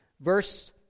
Verse